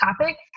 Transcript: topic